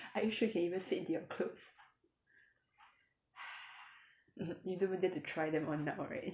are you sure you can even fit into your clothes you don't even dare to try them on now right